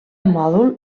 mòdul